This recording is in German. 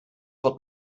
wird